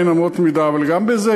אבל גם בזה,